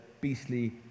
beastly